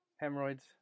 hemorrhoids